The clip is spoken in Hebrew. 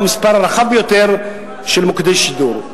המספר הגדול ביותר של מוקדי שידור.